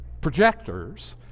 projectors